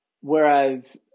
Whereas